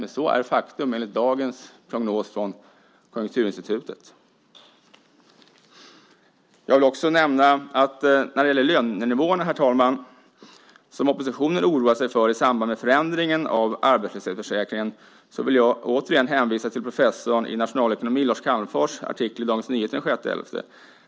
Men så är faktum enligt dagens prognos från Konjunkturinstitutet. När det gäller lönenivåerna, som oppositionen oroar sig för i samband med förändringen av arbetslöshetsförsäkringen, vill jag återigen hänvisa till artikeln av professorn i nationalekonomi Lars Calmfors i Dagens Nyheter den 6 november.